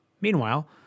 Meanwhile